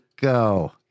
go